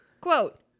Quote